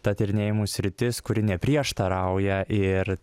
ta tyrinėjimų sritis kuri neprieštarauja ir